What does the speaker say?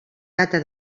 data